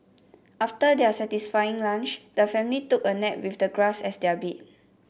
after their satisfying lunch the family took a nap with the grass as their bed